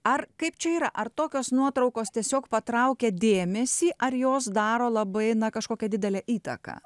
ar kaip čia yra ar tokios nuotraukos tiesiog patraukia dėmesį ar jos daro labai na kažkokią didelę įtaką